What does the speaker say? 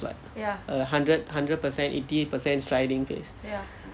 what err hundred hundred percent eighty eight percent striding pace